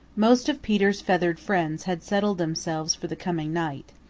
most of peter's feathered friends had settled themselves for the coming night,